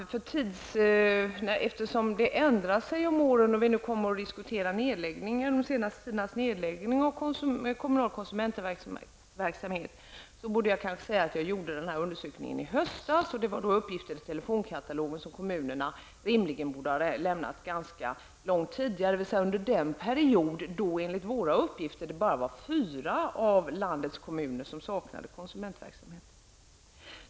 Eftersom förhållanden ändrar sig genom åren och vi kommer att diskutera den senaste tidens nedläggningar av kommunal konsumentverksamhet, borde jag kanske säga att jag gjorde den här undersökningen i höstas. Uppgifterna i telefonkatalogerna borde rimligen ha lämnats av kommunerna långt tidigare, dvs. under den period då det enligt våra uppgifter bara var fyra av landets kommuner som saknade konsumentverksamhet.